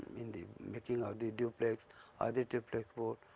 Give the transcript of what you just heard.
in the making ah the duplex or the triplex board.